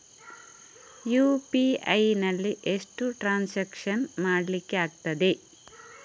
UPI ನಲ್ಲಿ ಎಷ್ಟು transaction ಮಾಡ್ಲಿಕ್ಕೆ ಆಗ್ತದೆ?